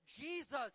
Jesus